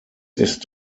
ist